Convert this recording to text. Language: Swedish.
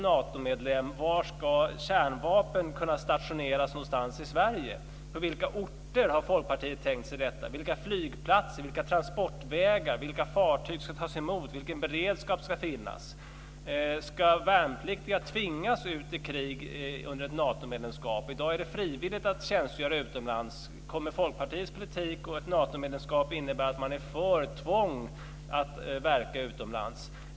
Var i Sverige ska kärnvapen kunna stationeras i ett skarpt läge om vi är Natomedlem? På vilka orter har Folkpartiet tänkt sig detta? Vilka flygplatser handlar det om? Vilka transportvägar? Vilka fartyg ska tas emot? Vilken beredskap ska finnas? Ska värnpliktiga tvingas ut i krig under ett Natomedlemskap? I dag är det frivilligt att tjänstgöra utomlands. Kommer Folkpartiets politik och ett Natomedlemskap att innebära att man förordar ett tvång att verka utomlands?